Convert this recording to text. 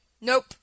Nope